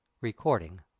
Recording